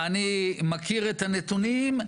אני מכיר את הנתונים,